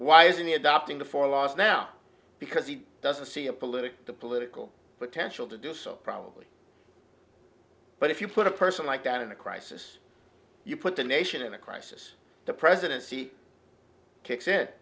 he adopting the four loss now because he doesn't see a political the political potential to do so probably but if you put a person like that in a crisis you put the nation in a crisis the presidency kicks it